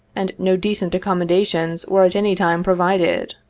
and no decent accommodations were at any time provided.